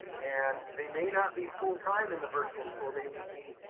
and they may not be full time in the virtual school. they may be